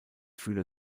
fühler